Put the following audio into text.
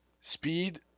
speed